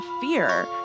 fear